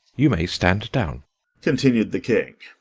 you may stand down continued the king.